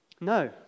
No